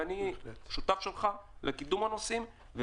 ואני שותף שלך לקידום הנושאים.